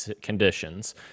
conditions